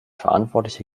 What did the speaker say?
verantwortliche